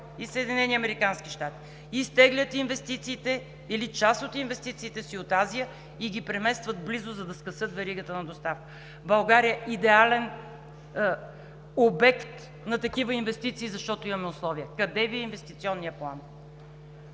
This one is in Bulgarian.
щати изтеглят инвестициите или част от инвестициите си от Азия и ги преместват близо, за да скъсят веригата на доставка. България е идеален обект на такива инвестиции, защото имаме условия. Къде Ви е инвестиционният план?